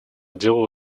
делала